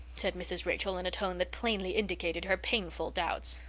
said mrs. rachel in a tone that plainly indicated her painful doubts.